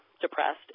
depressed